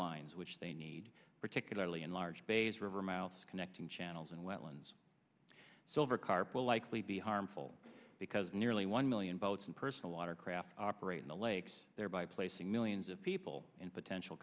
shorelines which they need particularly in large bays river mouth's connecting channels and wetlands silver carp will likely be harmful because nearly one million votes and personal watercraft operate in the lakes thereby placing millions of people in potential